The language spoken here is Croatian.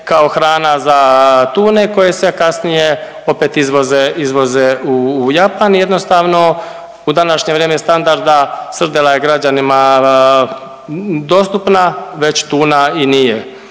kao hrana za tune koje se kasnije opet izvoze, izvoze u Japan i jednostavno u današnje vrijeme standarda srdela je građanima dostupna, već tuna i nije.